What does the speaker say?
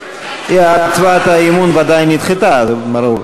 הצעת האי-אמון ודאי נדחתה, ברור.